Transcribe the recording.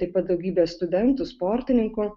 taip pat daugybė studentų sportininkų